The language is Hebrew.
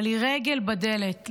אבל היא רגל בדלת.